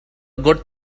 good